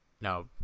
no